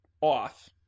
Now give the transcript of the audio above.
off